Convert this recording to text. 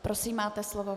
Prosím, máte slovo.